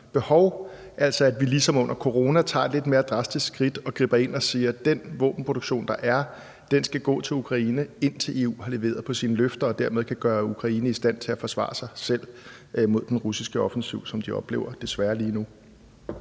behov – altså at vi ligesom under corona tager et lidt mere drastisk skridt og griber ind og siger, at den våbenproduktion, der er, skal gå til Ukraine, indtil EU har leveret på sine løfter, og dermed kan gøre Ukraine i stand til at forsvare sig selv mod den russiske offensiv, som de desværre oplever lige nu.